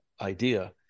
idea